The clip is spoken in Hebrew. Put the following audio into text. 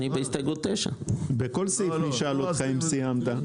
אני בהסתייגות 9. בכל סעיף הוא ישאל אותך אם סיימת.